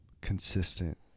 consistent